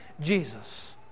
Jesus